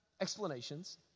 explanations